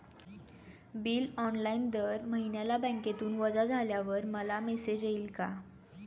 Bill online दर महिन्याला बँकेतून वजा झाल्यावर मला मेसेज येईल का?